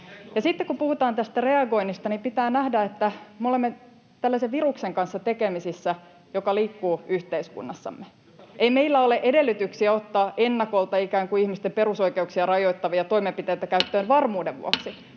sitten kun puhutaan tästä reagoinnista, niin pitää nähdä, että me olemme tekemisissä tällaisen viruksen kanssa, joka liikkuu yhteiskunnassamme. [Perussuomalaisten ryhmästä: Jota pitää ennakoida!] Ei meillä ole edellytyksiä ottaa ennakolta ikään kuin ihmisten perusoikeuksia rajoittavia toimenpiteitä käyttöön varmuuden vuoksi,